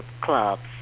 clubs